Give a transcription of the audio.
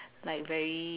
like very